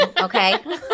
okay